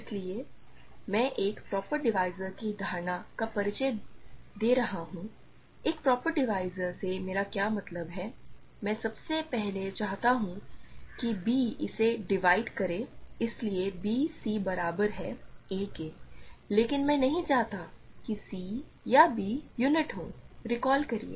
इसलिए मैं एक प्रॉपर डिवीज़र की धारणा का परिचय दे रहा हूं एक प्रॉपर डिवीज़र से मेरा क्या मतलब है मैं सबसे पहले चाहता हूं कि b इसे डिवाइड करे इसलिए b c बराबर हैं a के लेकिन मैं नहीं चाहता कि c या b यूनिट हो रिकॉल करिए